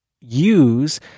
use